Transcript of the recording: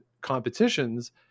competitions